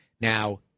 Now